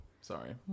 Sorry